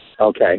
Okay